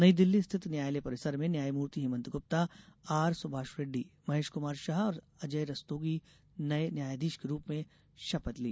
नई दिल्ली स्थित न्यायालय परिसर में न्यायमूर्ति हेमंत गुप्ता आर सुभाष रेड्डी मुकेश कुमार शाह और अजय रस्तोगी ने नये न्यायाधीश के रूप में शपथ ली